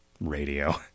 radio